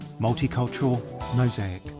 multicultural mosaic.